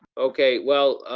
okay, well,